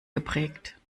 geprägt